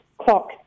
clock